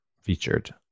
featured